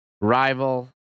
rival